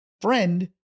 FRIEND